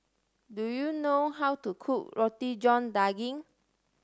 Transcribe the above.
do you know how to cook Roti John Daging